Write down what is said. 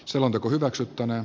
selonteko hylätään